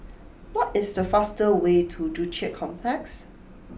what is the fastest way to Joo Chiat Complex